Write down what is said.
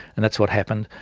and that's what happened.